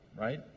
right